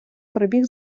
прибіг